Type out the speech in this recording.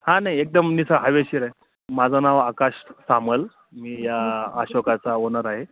हां नाही एकदम निस हवेशीर आहे माझं नाव आकाश सामल मी या अशोकाचा ओनर आहे